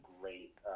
great